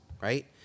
right